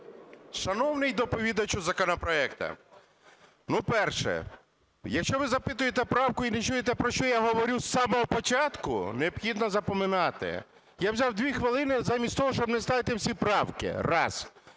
Шановний доповідачу законопроекту! Перше – якщо ви запитуєте правку і не чуєте, про що я говорю з самого початку, необхідно запоминати. Я взяв 2 хвилини замість того, щоб не ставити всі правки, раз.